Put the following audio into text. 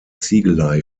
ziegelei